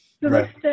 Right